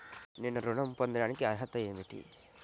నేను ఋణం పొందటానికి అర్హత ఏమిటి?